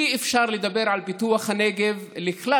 אי-אפשר לדבר על פיתוח הנגב לכלל